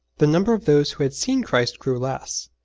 the number of those who had seen christ grew less,